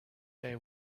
day